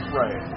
right